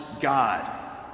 God